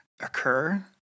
occur